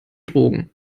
drogen